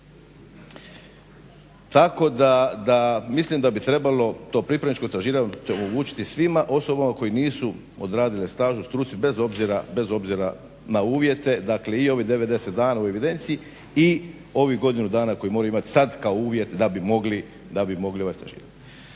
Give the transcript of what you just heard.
tako da mislim da bi trebalo to pripravničko stažiranje omogućiti svim osobama koji nisu odradile staž u struci bez obzira na uvjete dakle i ovih 90 dana u evidenciji i ovih godinu dana koje moraju imati sada kao uvjet da bi mogli stažirati.